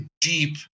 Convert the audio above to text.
deep